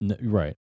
Right